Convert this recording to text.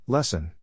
Lesson